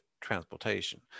transportation